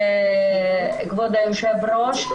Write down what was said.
כבוד היושב-ראש.